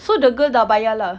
so the girl dah bayar lah